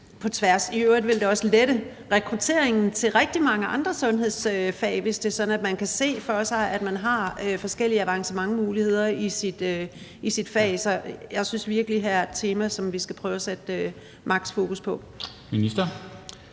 på tværs. I øvrigt vil det også lette rekrutteringen til rigtig mange andre sundhedsfag, hvis det er sådan, at man kan se for sig, at man har forskellige avancementmuligheder i sit fag. Så jeg synes virkelig, at der her er et tema, som vi skal prøve at sætte maks. fokus på. Kl.